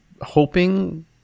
hoping